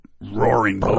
roaring